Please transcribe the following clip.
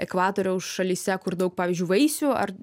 ekvatoriaus šalyse kur daug pavyzdžiui vaisių ar